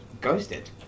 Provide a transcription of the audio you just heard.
ghosted